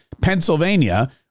Pennsylvania